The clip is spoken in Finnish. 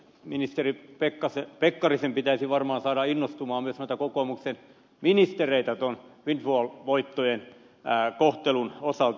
ministeri pekkarisen pitäisi varmaan saada myös noita kokoomuksen ministereitä innostumaan windfall voittojen kohtelun osalta